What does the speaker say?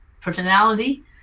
personality